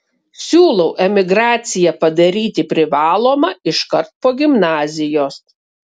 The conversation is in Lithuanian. siūlau emigraciją padaryti privalomą iškart po gimnazijos